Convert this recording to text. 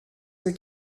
your